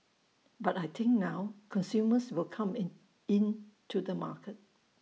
but I think now consumers will come in to the market